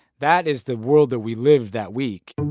that is the world that we live that week